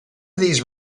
these